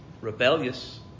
rebellious